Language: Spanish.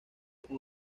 con